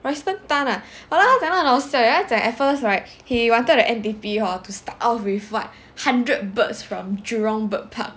royston tan ah 他讲到很好笑 leh 他讲 at first right he wanted the N_D_P hor to start off with what hundred birds from jurong bird park